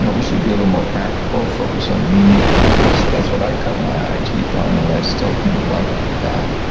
we should be a little more practical, focus on meaning, purpose. that's what i cut my eye-teeth on and i still kind of like that.